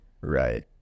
Right